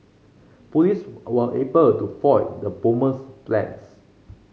police were able to foil the bomber's plans